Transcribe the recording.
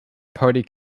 party